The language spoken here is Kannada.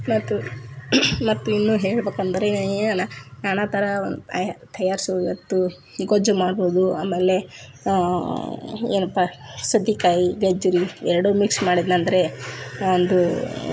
ಮತ್ತು ಮತ್ತು ಇನ್ನೂ ಹೇಳ್ಬಕಂದರೆ ಏನನ ನಾನಾಥರ ಒಂದು ಅಯ ತಯಾರಿಸು ಇವತ್ತು ಈ ಗೊಜ್ಜು ಮಾಡ್ಬೋದು ಆಮೇಲೆ ಏನಪ್ಪ ಸೌತೇಕಾಯಿ ಗೆಜ್ಜುರಿ ಎರಡು ಮಿಕ್ಸ್ ಮಾಡಿದ್ನಂದರೆ ಒಂದು